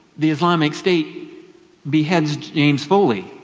the islamic state beheads james foley,